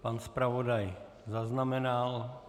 Pan zpravodaj zaznamenal.